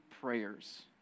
prayers